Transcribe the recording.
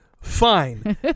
Fine